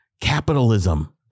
capitalism